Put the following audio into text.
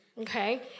okay